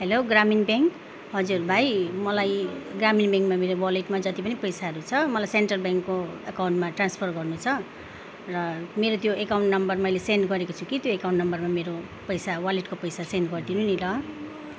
hello Grameen bank हजुर भाइ मलाई ग्रामीण ब्याङ्कमा मेरो वालेटमा जति पनि पैसाहरू छ मलाई सेन्ट्रल ब्याङ्कको एकाउन्टमा ट्रान्सफर गर्नु छ र मेरो त्यो एकाउन्ट नम्बर मैले सेन्ड गरेको छु कि त्यो एकाउन्ट नम्बरमा मेरो पैसा वालेटको पैसा सेन्ड गरिदिनु नि ल